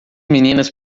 meninas